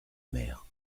mère